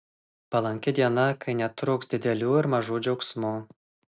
palanki diena kai netruks didelių ir mažų džiaugsmų